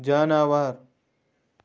جاناوار